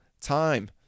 time